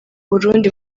burundi